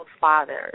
Fathers